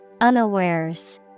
unawares